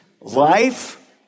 life